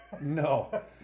No